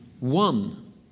One